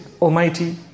Almighty